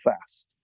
fast